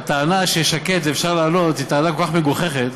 הטענה ששקט ואפשר לעלות היא כל כך מגוחכת: